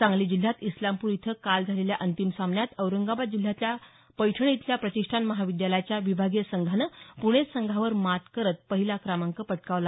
सांगली जिल्ह्यात इस्लामपूर इथं काल झालेल्या अंतिम सामन्यात औरंगाबाद जिल्ह्याच्या पैठण इथल्या प्रतिष्ठान महाविद्यालयाच्या विभागीय संघानं पुणे संघावर मात करत पहिला क्रमांक पटकावला